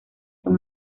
son